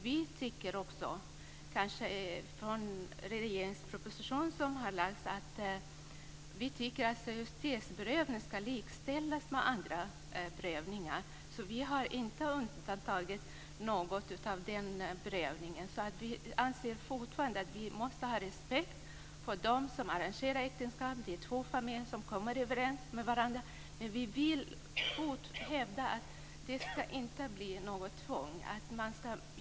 Vi tycker också att seriositetsprövning ska likställas med andra prövningar, så vi har inte undantagit något när det gäller den prövningen. Vi anser fortfarande att vi måste ha respekt för dem som arrangerar äktenskap. Det är två familjer som kommer överens med varandra. Men vi hävdar att det inte ska finnas något tvång.